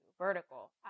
vertical